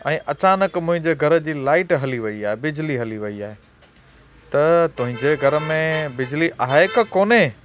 ऐं अचानक मुंहिंजे घर जी लाईट हली वई आहे बिजली हली वई आहे त तुंहिंजे घर में बिजली आहे क कोने